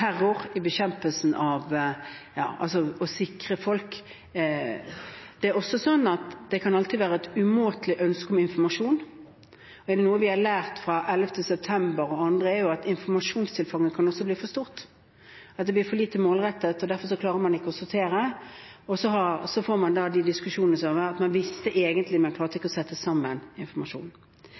terror, i det å sikre folk. Det er også slik at det kan alltid være et umåtelig ønske om informasjon. Er det noe vi har lært av 11. september og andre hendelser, er det at informasjonstilfanget også kan bli for stort, at det blir for lite målrettet, og derfor klarer man ikke å sortere. Da får man diskusjonene rundt at man egentlig visste, men ikke klarte å sette sammen